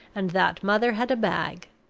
and that mother had a bag.